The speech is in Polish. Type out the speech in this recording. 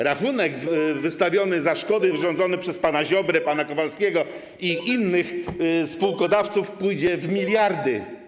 Rachunek wystawiony za szkody wyrządzone przez pana Ziobrę, pana Kowalskiego i innych spółkodawców pójdzie w miliardy.